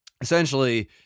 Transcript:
essentially